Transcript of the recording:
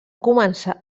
començar